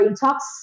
talks